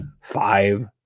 five